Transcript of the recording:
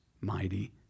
mighty